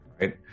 Right